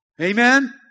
Amen